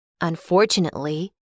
Unfortunately